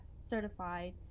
certified